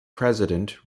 president